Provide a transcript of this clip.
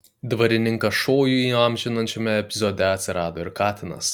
dvarininką šojų įamžinančiame epizode atsirado ir katinas